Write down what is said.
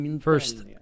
First